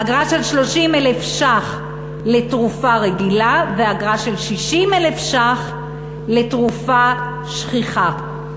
אגרה של 30,000 ש"ח לתרופה רגילה ואגרה של 60,000 לתרופה שכיחה.